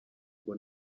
ngo